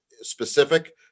specific